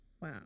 Wow